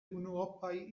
unuopaj